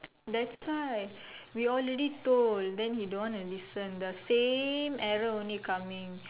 that's why we already told then he don't want to listen the same error only coming